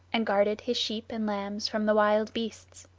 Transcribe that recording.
and guarded his sheep and lambs from the wild beasts.